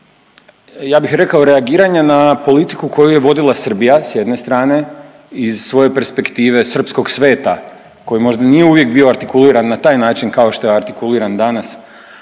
ja bih rekao reagiranja na politiku koju je vodila Srbija s jedne strane iz svoje perspektive srpskog sveta koji možda nije uvijek bio artikuliran na taj način kao što je artikuliran danas,